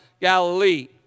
Galilee